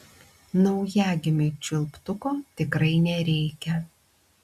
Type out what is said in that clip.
naujagimiui čiulptuko tikrai nereikia